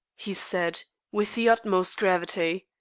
he said, with the utmost gravity.